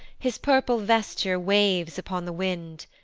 his purple vesture waves upon the wind.